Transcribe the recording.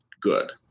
good